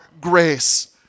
grace